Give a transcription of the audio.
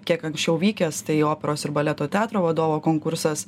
kiek anksčiau vykęs tai operos ir baleto teatro vadovo konkursas